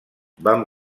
vam